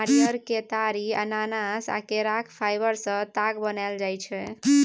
नारियर, केतारी, अनानास आ केराक फाइबर सँ ताग बनाएल जाइ छै